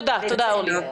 תודה אורלי.